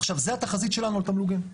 עכשיו זו התחזית שלנו לתמלוגים.